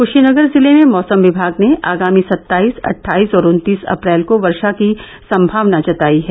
क्शीनगर जिले में मौसम विमाग ने आगामी सत्ताइस अट्ठाइस और उन्तीस अप्रैल को वर्षा की संभावना जतायी है